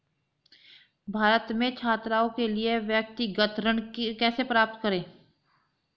भारत में छात्रों के लिए व्यक्तिगत ऋण कैसे प्राप्त करें?